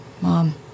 mom